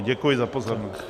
Děkuji za pozornost.